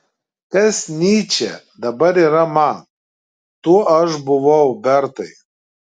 kas nyčė dabar yra man tuo aš buvau bertai